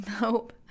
Nope